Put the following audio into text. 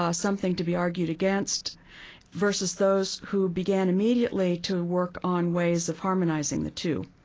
ah something to be argued against vs. those who began immediately to work on ways of harmonizing the two.